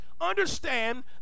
Understand